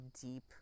deep